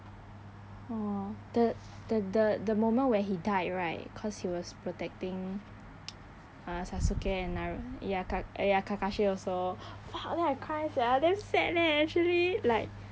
oh the the the moment where he died right cause he was protecting uh sasuke and naru~ ya ka~ ya kakashi also !wah! then I cry sia damn sad leh actually like